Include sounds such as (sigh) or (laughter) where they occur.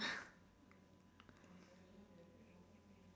(laughs)